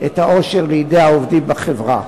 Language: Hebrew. את העושר לידי העובדים בחברה,